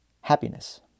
happiness